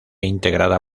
integrada